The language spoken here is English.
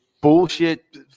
bullshit